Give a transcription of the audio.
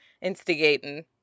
instigating